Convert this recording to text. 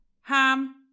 ham